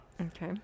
Okay